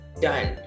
done